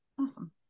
Awesome